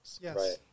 yes